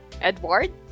edward